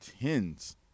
tens